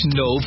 no